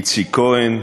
איציק כהן,